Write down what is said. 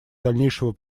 дальнейшего